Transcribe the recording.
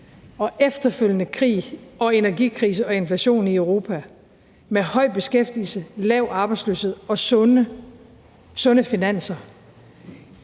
og efterfølgende krig, energikrise og inflation i Europa og har høj beskæftigelse, lav arbejdsløshed og sunde finanser,